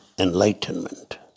Enlightenment